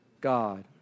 God